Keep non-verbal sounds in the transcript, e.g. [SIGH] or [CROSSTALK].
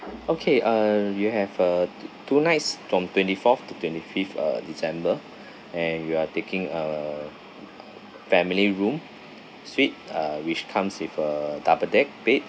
okay uh you have uh two two nights from twenty fourth to twenty fifth uh december [BREATH] and you are taking uh [NOISE] family room suite uh which comes with a double deck bed